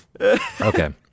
Okay